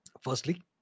Firstly